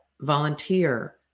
volunteer